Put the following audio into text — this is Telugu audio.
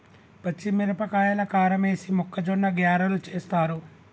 పచ్చిమిరపకాయల కారమేసి మొక్కజొన్న గ్యారలు చేస్తారు